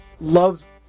loves